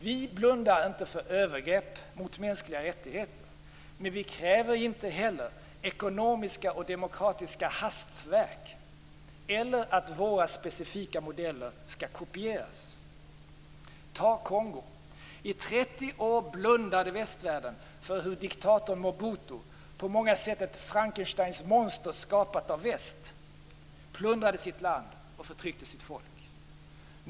Vi blundar inte för övergrepp mot mänskliga rättigheter, men vi kräver inte heller ekonomiska och demokratiska hastverk eller att våra specifika modeller skall kopieras. Jag skall nämna Kongo. I 30 år blundade västvärlden för hur diktatorn Mobutu, på många sätt ett Frankensteins monster skapat av väst, plundrade sitt land och förtryckte sitt folk.